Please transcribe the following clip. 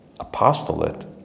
apostolate